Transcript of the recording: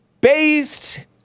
based